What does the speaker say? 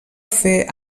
fer